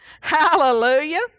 hallelujah